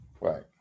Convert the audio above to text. right